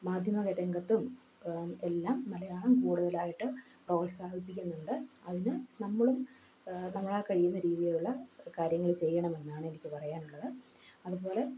മാധ്യമ രംഗത്തും എല്ലാം മലയാളം കൂടുതലായിട്ട് പ്രോത്സാഹിപ്പിക്കുന്നുണ്ട് അതിന് നമ്മളും നമ്മൾ ആ കഴിയുന്ന രീതിയിലുള്ള കാര്യങ്ങൾ ചെയ്യണമെന്നാണ് എനിക്ക് പറയാനുള്ളത് അതുപോലെ